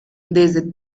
desde